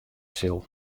sil